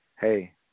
hey